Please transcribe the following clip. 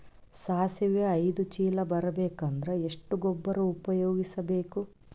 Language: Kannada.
ಸಾಸಿವಿ ಐದು ಚೀಲ ಬರುಬೇಕ ಅಂದ್ರ ಎಷ್ಟ ಗೊಬ್ಬರ ಉಪಯೋಗಿಸಿ ಬೇಕು?